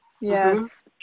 Yes